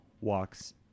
walks